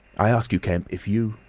i ask you, kemp if you.